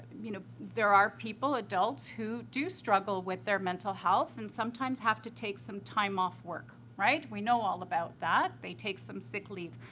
you know, there are people, adults, who do struggle with their mental health and sometimes have to take some time off work, right? we know all about that. they take some sick leave.